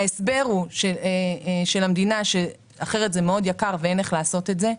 ההסבר של המדינה הוא שאחרת זה מאוד יקר ואין איך לעשות את זה.